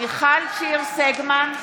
מיכל שיר סגמן,